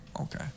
Okay